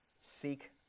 seek